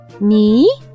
Me